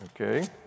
Okay